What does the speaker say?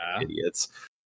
idiots